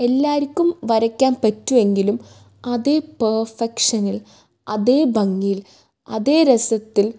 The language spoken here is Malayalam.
എല്ലാർക്കും വരയ്ക്കാൻ പറ്റുവെങ്കിലും അതേ പേഫക്ഷനിൽ അതേ ഭംഗിയിൽ അതേ രസത്തിൽ